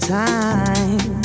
time